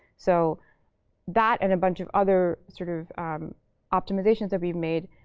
so that and a bunch of other sort of optimizations that we've made,